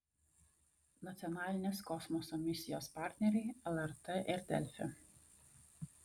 nacionalinės kosmoso misijos partneriai lrt ir delfi